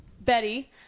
Betty